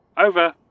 Over